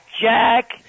Jack